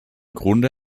grunde